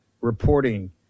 reporting